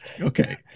Okay